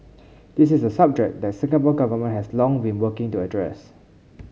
this is a subject the Singapore Government has long been working to address